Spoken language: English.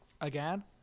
Again